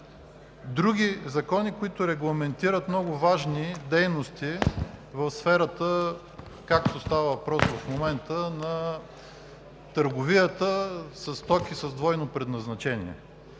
други закони, които регламентират много важни дейности в сферата, както става въпрос в момента, на търговията със стоки с двойно предназначение.